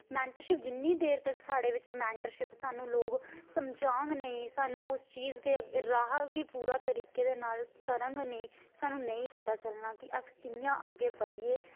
mentorship जिन्नी देर तक साढ़े बिच्च मैंटरशिप सानूं लोक समझांङ नेईं सानूं उस चीज दे राह् गी पूरा तरीके दे नाल करङ नेईं सानूं नेईं पता चलना कि अस कि'यां अग्गे बढ़ियै